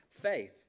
faith